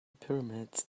pyramids